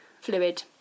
fluid